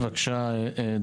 תודה רבה.